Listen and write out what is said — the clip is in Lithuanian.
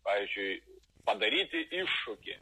pavyzdžiui padaryti iššūkį